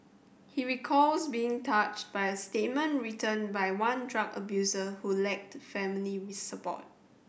he recalls being touched by a statement written by one drug abuser who lacked family support